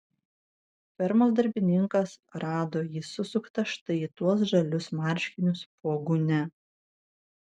fermos darbininkas rado jį susuktą štai į tuos žalius marškinius po gūnia